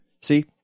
See